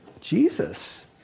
Jesus